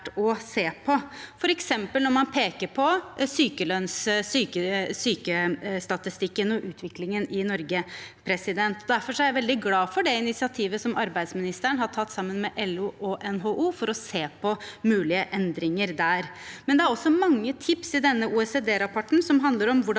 å se på, f.eks. når man peker på sykelønnsstatistikken og dens utvikling i Norge. Derfor er jeg veldig glad for det initiativet som arbeidsministeren har tatt sammen med LO og NHO for å se på mulige endringer der. Det er også mange tips i denne OECD-rapporten som handler om hvordan